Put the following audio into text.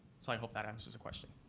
so i hope that answers the question.